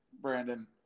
Brandon